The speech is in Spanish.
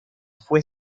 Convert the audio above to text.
fue